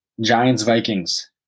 Giants-Vikings